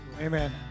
Amen